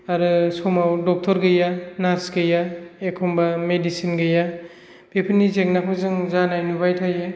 आरो समाव डाक्टर गैया नार्स गैया एखम्बा मेदिसिन गैया बेफोरनि जेंनाखौ जों जानाय नुबाय थायो